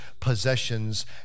possessions